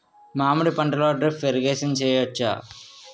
మామిడి పంటలో drip irrigation చేయచ్చా?